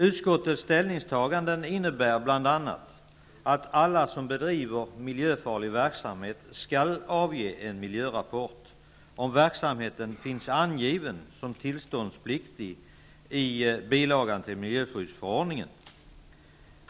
Utskottets ställningstaganden innebär bl.a. att alla som bedriver miljöfarlig verksamhet skall avge en miljörapport om verksamheten finns angiven som tillståndspliktig i bilagan till miljöskyddsförordningen.